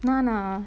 நானா:naanaa